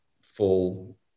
full